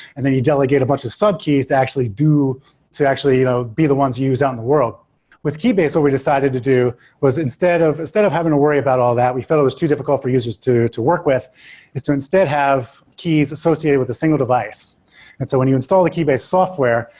and then you delegate a bunch of sub keys to actually do to actually you know be the ones you use out in the world with keybase, what we decided to do was instead of instead of having to worry about all that, we felt it was too difficult for users to to work with is to instead have keys associated with a single device and so when you install a keybase software,